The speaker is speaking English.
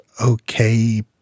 okay